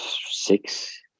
six